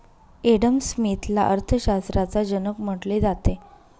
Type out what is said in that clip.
Adam स्मिथला अर्थशास्त्राचा जनक म्हटले जाते